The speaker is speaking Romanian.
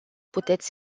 puteți